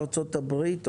ארצות הברית,